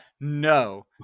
No